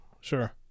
Sure